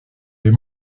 les